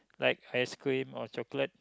like ice cream or chocolate